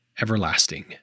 everlasting